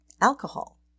Alcohol